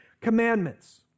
commandments